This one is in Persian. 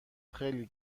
خیلی